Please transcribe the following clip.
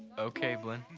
okay, blynn.